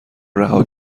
رها